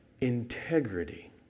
Integrity